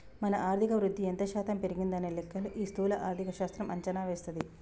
మన ఆర్థిక వృద్ధి ఎంత శాతం పెరిగిందనే లెక్కలు ఈ స్థూల ఆర్థిక శాస్త్రం అంచనా వేస్తది